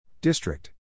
District